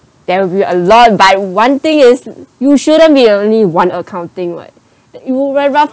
there'll be a lot but one thing is you shouldn't be only one accounting [what] you'll roughly